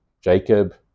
Jacob